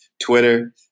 Twitter